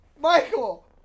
Michael